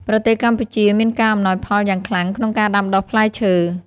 ប្រទេសកម្ពុជាមានការអំណោយផលយ៉ាងខ្លាំងក្នុងការដាំដុះផ្លែឈើ។